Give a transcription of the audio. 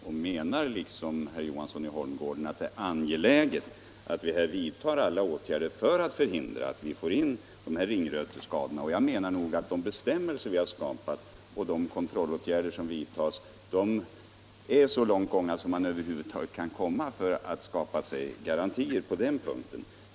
Jag anser liksom herr Johansson i Holmgården att det är angeläget att vi vidtar alla tänkbara åtgärder för att förhindra att vi får in ringröteskadorna i landet, men jag menar att de bestämmelser vi har skapat och de kontrollåtgärder som vidtas går så långt i säkerhet som man över huvud taget kan komma när det gäller att skapa garantier på den punkten.